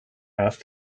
half